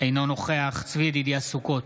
אינו נוכח צבי ידידיה סוכות,